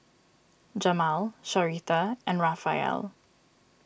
Jamal Sharita and Raphael